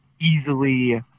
easily